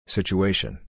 Situation